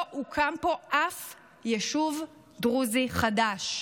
לא הוקם פה אף יישוב דרוזי חדש.